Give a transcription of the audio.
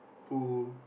who